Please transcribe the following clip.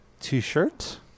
T-shirt